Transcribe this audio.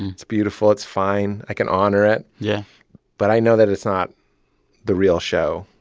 and it's beautiful. it's fine. i can honor it yeah but i know that it's not the real show.